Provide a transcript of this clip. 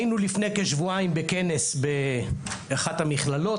היינו לפני כשבועיים בכנס באחת המכללות,